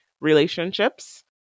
relationships